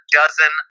dozen